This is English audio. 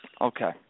Okay